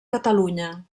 catalunya